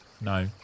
No